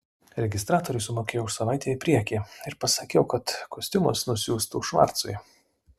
registratoriui sumokėjau už savaitę į priekį ir pasakiau kad kostiumus nusiųstų švarcui